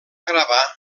gravar